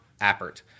Appert